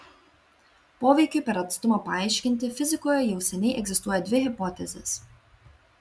poveikiui per atstumą paaiškinti fizikoje jau seniai egzistuoja dvi hipotezės